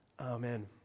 Amen